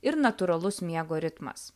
ir natūralus miego ritmas